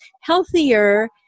healthier